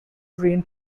green